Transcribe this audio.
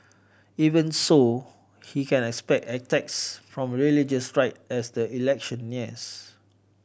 even so he can expect attacks from the religious right as the election nears